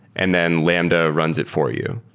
and then lambda runs it for you.